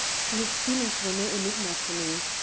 for his feelings were no enigma to me.